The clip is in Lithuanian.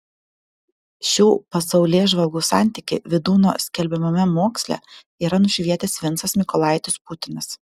šių pasaulėžvalgų santykį vydūno skelbiamame moksle yra nušvietęs vincas mykolaitis putinas